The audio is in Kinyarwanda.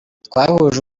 twahuje